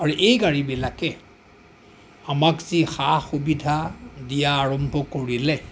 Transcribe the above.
আৰু এই গাড়ীবিলাকে আমাক যি সা সুবিধা দিয়া আৰম্ভ কৰিলে